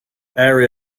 area